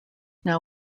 now